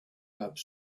have